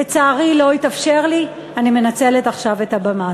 לצערי, לא התאפשר לי, אני מנצלת עכשיו את הבמה.